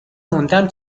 موندم